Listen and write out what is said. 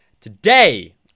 Today